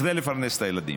כדי לפרנס את הילדים.